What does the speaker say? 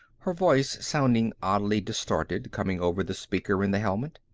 her voice sounded oddly distorted coming over the speaker in the helmet.